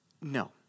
No